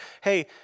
Hey